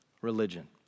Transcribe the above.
religion